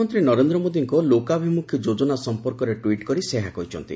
ପ୍ରଧାନମନ୍ତୀ ନରେନ୍ଦ୍ର ମୋଦୀଙ୍କ ଲୋକାଭିମୁଖୀ ଯୋଜନା ସଂପର୍କରେ ଟ୍ୱିଟ୍ କରି ସେ ଏହା କହିଛନ୍ତି